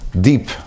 deep